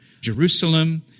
Jerusalem